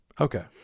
Okay